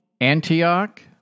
Antioch